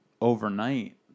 overnight